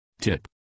Tip